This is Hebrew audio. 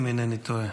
אם אינני טועה.